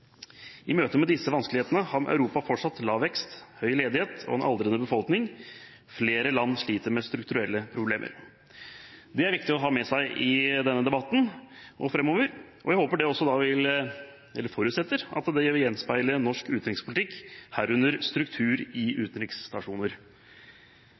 I møtet med disse vanskelighetene har Europa fortsatt lav vekst, høy ledighet og en aldrende befolkning. Flere land sliter med strukturelle problemer.» Det er viktig å ha med seg i denne debatten framover, og jeg forutsetter at det vil gjenspeile seg i norsk utenrikspolitikk – herunder struktur i utenriksstasjoner.